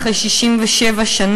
אחרי 67 שנים,